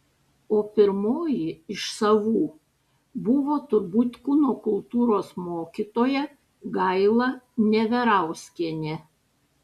o pirmoji iš savų buvo turbūt kūno kultūros mokytoja gaila neverauskienė